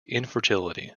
infertility